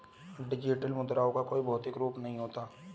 digital मुद्राओं का कोई भौतिक रूप नहीं होता